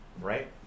Right